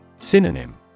Synonym